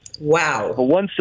Wow